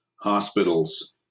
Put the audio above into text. hospitals